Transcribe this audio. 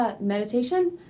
meditation